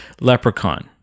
Leprechaun